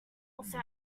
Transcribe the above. also